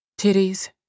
Titties